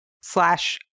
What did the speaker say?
slash